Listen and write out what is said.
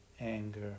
anger